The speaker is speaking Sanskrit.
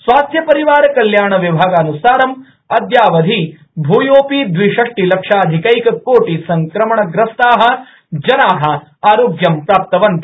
स्वास्थ्यपरिवारकल्याणविभागानुसारं अद्यावधि भूयोपि दविषष्टिलक्षाधिकैक कोटि संक्रमण ग्रस्ता जना आरोग्यं प्राप्तवन्त